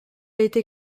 été